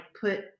put